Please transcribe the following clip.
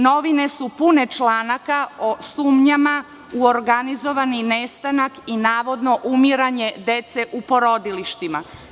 Novine su pune članaka o sumnjama u organizovani nestanak i navodno umiranje dece u porodilištima.